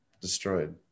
destroyed